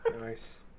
Nice